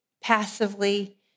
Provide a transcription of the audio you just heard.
passively